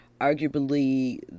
arguably